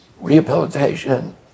rehabilitation